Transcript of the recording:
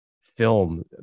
film